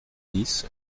dix